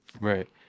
right